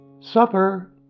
supper